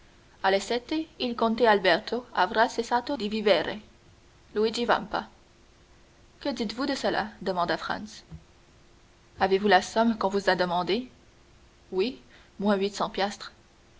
il comte alberto avrà cessato di vivere luigi vampa que dites-vous de cela demanda franz avez-vous la somme qu'on vous a demandée oui moins huit cents piastres